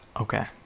Okay